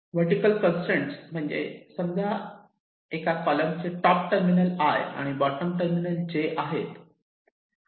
vertical constraint म्हणजे समजा एका कॉलमचे टॉप टर्मिनल 'i' आहे आणि बॉटम टर्मिनल 'j' आहे